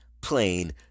plain